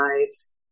lives